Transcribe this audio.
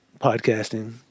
podcasting